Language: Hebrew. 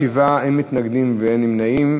שבעה בעד, אין מתנגדים ואין נמנעים.